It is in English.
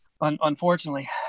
Unfortunately